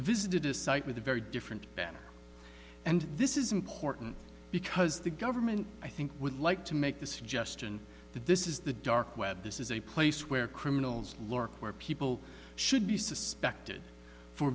visited a site with a very different better and this is important because the government i think would like to make the suggestion that this is the dark web this is a place where criminals lurk where people should be suspected for